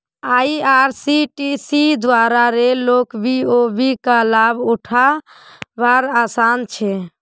IRCTC द्वारा रेल लोक बी.ओ.बी का लाभ उठा वार आसान छे